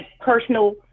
personal